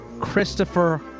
Christopher